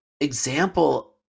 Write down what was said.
example